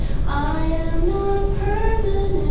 i am not permanent.